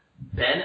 Ben